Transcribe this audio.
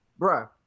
Bruh